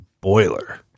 Boiler